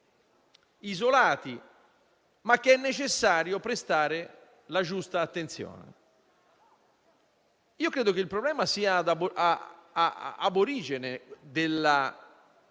isolati, ma che è necessario prestare la giusta attenzione. Io credo che il problema sia *ab origine* della